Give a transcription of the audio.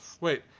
Wait